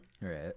Right